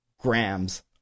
grams